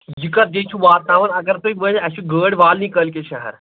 یہِ کتھ جایہِ چھُ واتناوُن اگر تُہۍ ؤنِو اَسہِ چھِ گٲڑۍ والنی کٲلۍکیٚتھ شہر